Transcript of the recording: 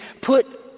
put